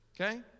Okay